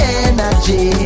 energy